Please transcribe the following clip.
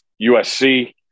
USC